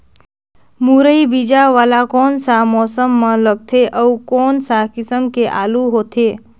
मुरई बीजा वाला कोन सा मौसम म लगथे अउ कोन सा किसम के आलू हर होथे?